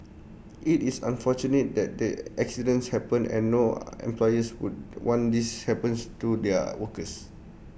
IT is unfortunate that the accidents happened and no employers would want these happens to their workers